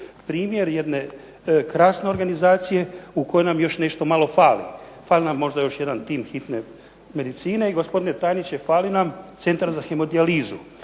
Primjer jedne krasne organizacije u kojoj nam još nešto malo fali. Fali nam možda još jedan tim hitne medicine i gospodine tajniče fali nam centar za hemodijalizu,